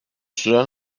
süren